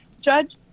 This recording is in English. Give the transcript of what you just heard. judge